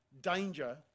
danger